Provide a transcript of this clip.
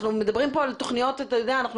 אנחנו מדברים כאן על תוכניות ועוד מעט